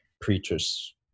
preachers